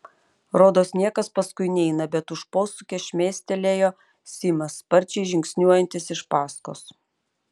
rodos niekas paskui neina bet už posūkio šmėkštelėjo simas sparčiai žingsniuojantis iš paskos